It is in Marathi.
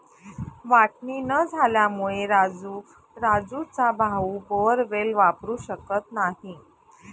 वाटणी न झाल्यामुळे राजू राजूचा भाऊ बोअरवेल वापरू शकत नाही